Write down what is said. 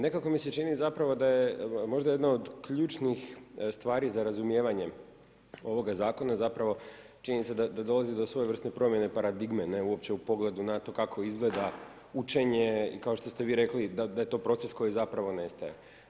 Nekako mi se čini, zapravo da je možda jedno od ključnih stvari za razumijevanje ovoga zakona, zapravo, činjenica da dolazi do svojevrsne promjene paradigme, ne uopće u pogledu na to kako izgleda učenje i kao što ste vi rekli, da je to proces koji zapravo nestaje.